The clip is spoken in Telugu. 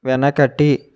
వెనకటి